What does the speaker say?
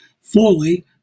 fully